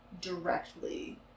directly